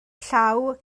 llaw